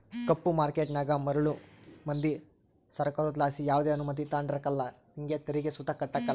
ಕಪ್ಪು ಮಾರ್ಕೇಟನಾಗ ಮರುಳು ಮಂದಿ ಸೃಕಾರುದ್ಲಾಸಿ ಯಾವ್ದೆ ಅನುಮತಿ ತಾಂಡಿರಕಲ್ಲ ಹಂಗೆ ತೆರಿಗೆ ಸುತ ಕಟ್ಟಕಲ್ಲ